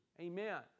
amen